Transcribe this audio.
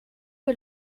que